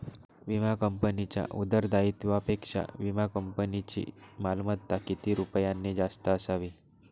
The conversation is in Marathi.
विमा कंपनीच्या उत्तरदायित्वापेक्षा विमा कंपनीची मालमत्ता किती रुपयांनी जास्त असावी?